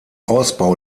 ausbau